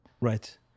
Right